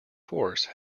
force